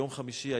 ביום רביעי,